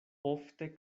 ofte